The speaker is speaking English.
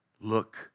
Look